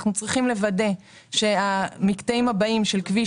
אנחנו צריכים לוודא שהמקטעים הבאים של כביש